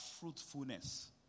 fruitfulness